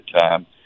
time